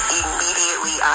immediately